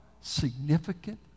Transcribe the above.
significant